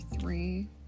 three